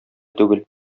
түгел